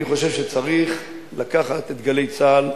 אני חושב שצריך לקחת את "גלי צה"ל"